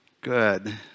Good